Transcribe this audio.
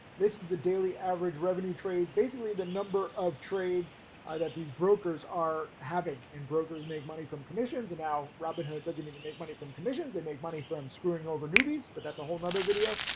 this is the daily average revenue trades. basically the number of trades that these brokers are having and brokers make money from commissions and now robin hood doesn't even make money from commissions they make money for him screwing over newbies, but that's a whole nother video.